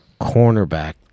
cornerback